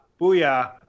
booyah